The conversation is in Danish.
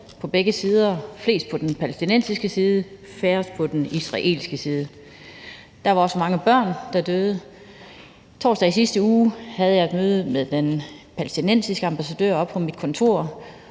på begge sider, flest på den palæstinensiske side og færrest på den israelske side. Der var også mange børn, der døde. Torsdag i sidste uge havde jeg et møde med den palæstinensiske ambassadør oppe på mit kontor,